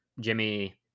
Jimmy